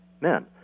men